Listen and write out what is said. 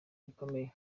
bikomeye